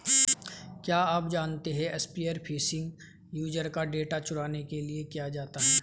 क्या आप जानते है स्पीयर फिशिंग यूजर का डेटा चुराने के लिए किया जाता है?